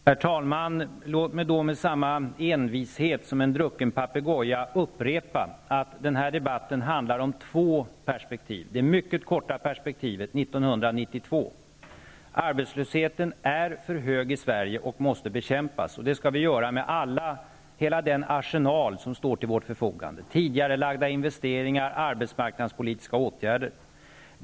Herr talman! Låt mig då med samma envishet som en drucken papegoja upprepa att den här debatten handlar om två perspektiv. Den handlar om det mycket korta perspektivet, 1992. Arbetslösheten är för hög i Sverige och måste bekämpas, och det skall vi göra med hela den arsenal som står till vårt förfogande -- tidigarelagda investeringar och arbetsmarknadspolitiska åtgärder.